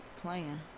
playing